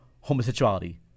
homosexuality